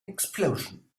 explosion